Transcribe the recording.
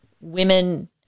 women